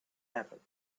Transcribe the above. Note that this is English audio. happened